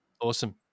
Awesome